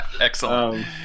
Excellent